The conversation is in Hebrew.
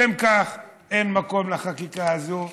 משום כך, אין מקום לחקיקה הזאת,